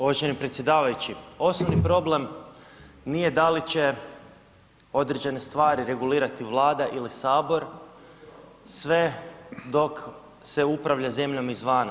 Uvaženi predsjedavajući, osnovni problem nije da li će određene stvari regulirati Vlada ili HS, sve dok se upravlja zemljom izvana.